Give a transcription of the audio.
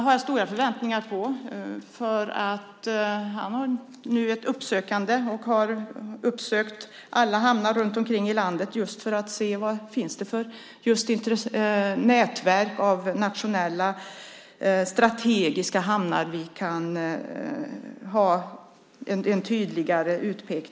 Han har uppsökt alla hamnar runt omkring i landet just för att se vilka nätverk av nationella strategiska hamnar som kan pekas ut på ett tydligare sätt.